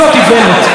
זאת איוולת.